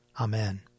Amen